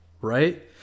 right